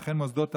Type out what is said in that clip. וכן מוסדות הפטור,